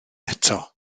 eto